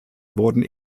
wurden